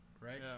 right